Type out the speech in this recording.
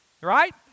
right